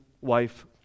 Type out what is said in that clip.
wife